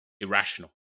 irrational